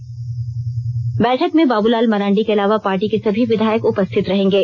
र्बैठक में बाबूलाल मरांडी के अलावा पार्टी के सभी विधायक उपस्थित रहेंगे